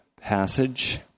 passage